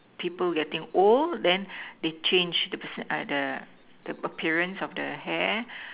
people getting old then they change the person uh the the appearance of the hair